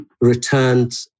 returned